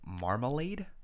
Marmalade